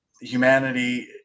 humanity